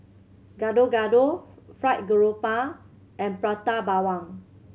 Gado Gado fried grouper and Prata Bawang